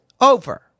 over